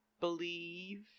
believe